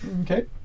Okay